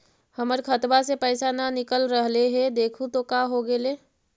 हमर खतवा से पैसा न निकल रहले हे देखु तो का होगेले?